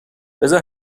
بزار